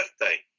birthday